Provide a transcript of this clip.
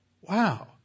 Wow